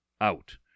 out